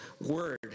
word